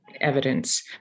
Evidence